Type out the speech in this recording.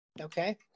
Okay